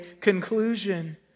conclusion